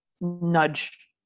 nudge